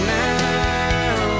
now